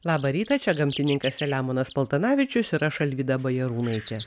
labą rytą čia gamtininkas selemonas paltanavičius ir aš alvyda bajarūnaitė